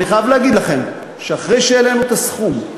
אני חייב להגיד לכם שאחרי שהעלינו את הסכום,